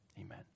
Amen